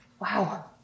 Wow